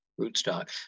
rootstock